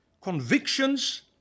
convictions